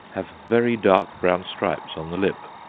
have very dark brown stripes on the lip.